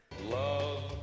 Love